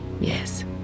Yes